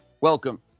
welcome